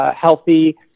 healthy